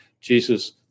Jesus